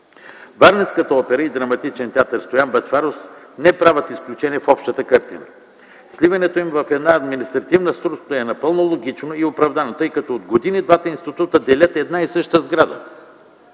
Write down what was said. Варненската опера и Драматичен театър „Стоян Бъчваров” не правят изключение в общата картина. Сливането им в една административна структура е напълно логично и оправдано, тъй като от години двата института делят една и съща сграда